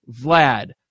Vlad